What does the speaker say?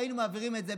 היינו מעבירים את זה.